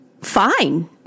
fine